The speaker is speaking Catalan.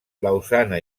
lausana